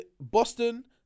Boston